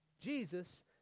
Jesus